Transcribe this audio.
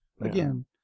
again